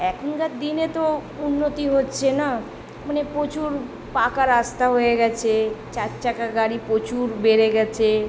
এখনকার দিনে তো উন্নতি হচ্ছে না মানে প্রচুর পাকা রাস্তা হয়ে গিয়েছে চারচাকা গাড়ি প্রচুর বেড়ে গিয়েছে